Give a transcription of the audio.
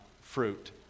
fruit